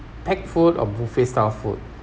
packed food or buffet style food